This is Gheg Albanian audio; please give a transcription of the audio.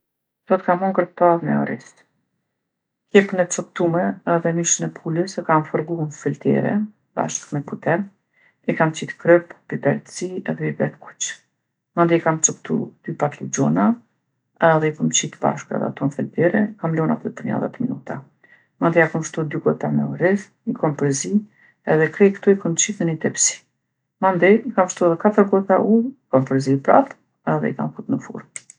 Sot kam honger tavë me oriz. Kepën e coptume edhe mishin e pulës e kam fërgu n'fëltere bashkë me puter. I kam qit kryp, biber t'zi edhe biber t'kuq. Mandej i kam coptu dy patligjona edhe i kom qit bashkë edhe ato n'fëltere, i kam lon aty për nja dhet minuta. Mandej ja kom shtu dy gota me oriz, i kom përzi, edhe krejt kto i kam qit në ni tepsi. Mandej i kam shtu edhe katër gota ujë, i kom përzi prapë, edhe i kam fut në furrë.